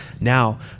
Now